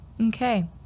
Okay